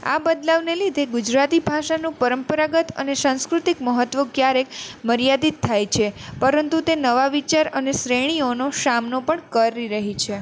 આ બદલાવને લીધે ગુજરાતી ભાષાનું પરંપરાગત અને સાંસ્કૃતિક મહત્વ ક્યારેક મર્યાદિત થાય છે પરંતુ તે નવા વિચાર અને શ્રેણીઓનો સામનો પણ કરી રહી છે